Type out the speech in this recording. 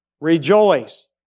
Rejoice